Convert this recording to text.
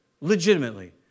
Legitimately